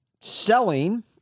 selling